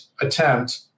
attempt